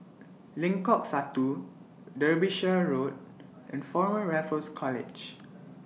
Lengkok Satu Derbyshire Road and Former Raffles College